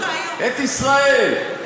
את ישראל,